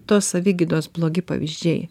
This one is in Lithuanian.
tos savigydos blogi pavyzdžiai